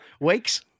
Weeks